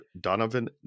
Donovan